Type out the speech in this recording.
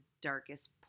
darkest